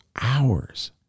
hours